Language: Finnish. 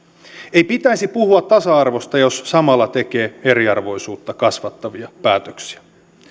ei pitäisi puhua tasa arvosta jos samalla tekee eriarvoisuutta kasvattavia päätöksiä